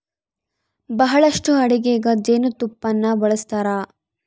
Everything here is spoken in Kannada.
ಬಹಳಷ್ಟು ಅಡಿಗೆಗ ಜೇನುತುಪ್ಪನ್ನ ಬಳಸ್ತಾರ